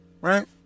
right